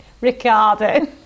Ricardo